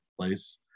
place